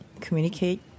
communicate